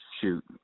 shoot